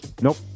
Nope